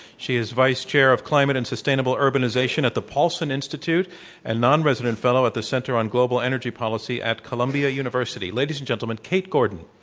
she is vice chair of climate and sustainable urbanization at the paulso n and institute and non-resident fellow at the center on global energy policy at columbia university. ladies and gentlemen, kate gordon.